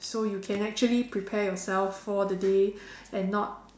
so you can actually prepare yourself for the day and not